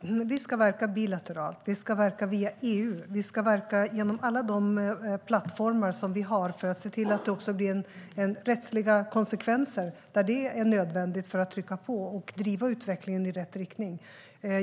Herr talman! Vi ska verka bilateralt, och vi ska verka via EU. Vi ska verka genom alla de plattformar vi har för att se till att det också blir rättsliga konsekvenser där det är nödvändigt för att trycka på och driva utvecklingen i rätt riktning.